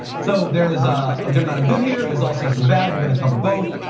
so, there is a ah good amount of good here, there's also some bad, we're gonna cover both.